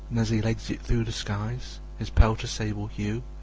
as he legs it through the skies, his pelt a sable hue,